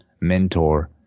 mentor